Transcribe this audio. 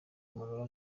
imurora